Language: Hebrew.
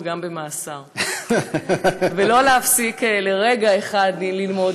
גם במאסר ולא להפסיק לרגע אחד ללמוד,